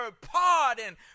pardon